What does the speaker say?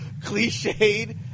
cliched